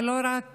ולא רק